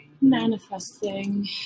Manifesting